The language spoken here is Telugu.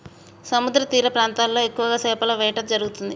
సముద్రతీర ప్రాంతాల్లో ఎక్కువ చేపల వేట జరుగుతుంది